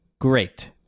great